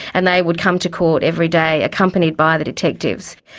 and they would come to court every day accompanied by the detectives.